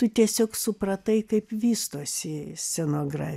tu tiesiog supratai kaip vystosi scenogra